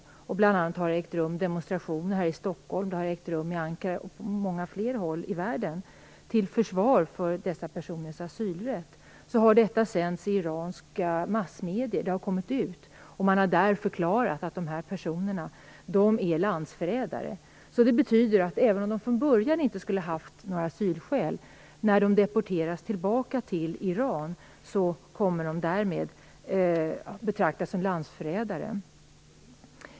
Det har bl.a. ägt rum demonstrationer här i Stockholm, i Ankara och på många fler håll i världen till försvar för dessa personers asylrätt. Detta har sänts i iranska massmedier, och man har där förklarat att dessa personer är landsförrädare. Det betyder att även om de från början inte skulle ha haft några asylskäl kommer de att ha det när de deporteras tillbaka till Iran, eftersom de då kommer att betraktas som landsförrädare.